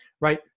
right